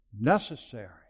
necessary